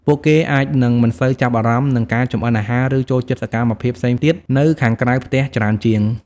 ពួកគេអាចនឹងមិនសូវចាប់អារម្មណ៍នឹងការចម្អិនអាហារ ឬចូលចិត្តសកម្មភាពផ្សេងទៀតនៅខាងក្រៅផ្ទះច្រើនជាង ។